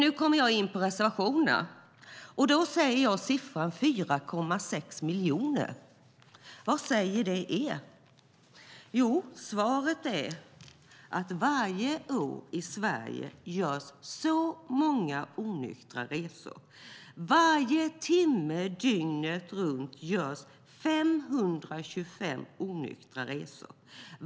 Nu går jag in på reservationerna, och då säger jag siffran 4,6 miljoner. Vad säger det er? Jo, svaret är att varje år i Sverige görs så många onyktra resor. Varje timme dygnet runt görs 525 onyktra resor.